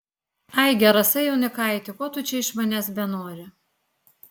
ai gerasai jaunikaiti ko tu čia iš manęs benori